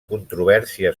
controvèrsia